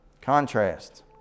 Contrast